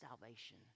salvation